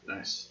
Nice